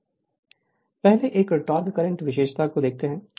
Refer Slide Time 1816 पहले एक torque current विशेषता को देखते हैं